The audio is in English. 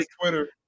Twitter